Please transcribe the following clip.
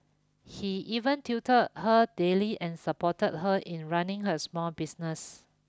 he even tutored her daily and supported her in running her small business